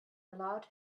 allowed